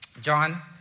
John